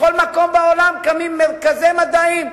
בכל מקום בעולם קמים מרכזי מדעים,